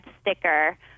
sticker